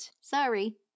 Sorry